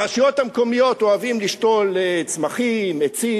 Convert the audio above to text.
ברשויות המקומיות אוהבים לשתול צמחים ועצים,